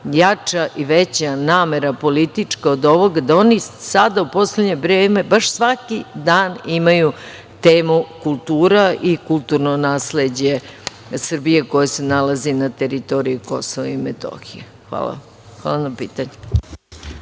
jača i veća namera politička od ovoga da oni sada u poslednje vreme, baš svaki dan imaju temu kultura i kulturno nasleđe Srbije koje se nalazi na teritoriji KiM. Hvala. **Ivica Dačić**